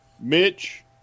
Mitch